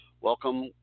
Welcome